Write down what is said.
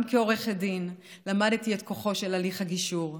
גם כעורכת דין למדתי את כוחו של הליך הגישור.